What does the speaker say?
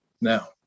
now